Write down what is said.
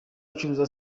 ucuruza